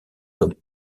comme